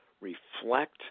reflect